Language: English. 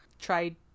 tried